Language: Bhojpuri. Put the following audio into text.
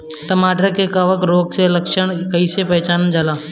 टमाटर मे कवक रोग के लक्षण कइसे पहचानल जाला?